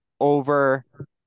over